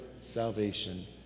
salvation